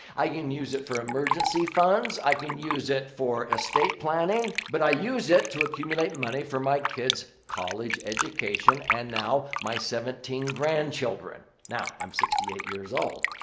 i can use it for emergency funds, i can use it for estate planning. but i use it to accumulate money for my kids' college education. and now, my seventeen grandchildren. now, i'm sixty eight years old.